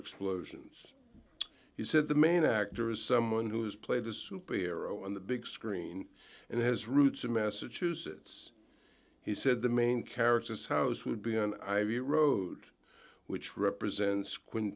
explosions he said the main actor is someone who has played a superhero on the big screen and has roots in massachusetts he said the main characters house would be an ivy road which represents squin